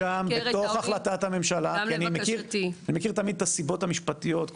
אני מכיר תמיד את הסיבות המשפטיות.